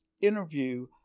interview